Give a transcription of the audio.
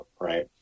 right